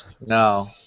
No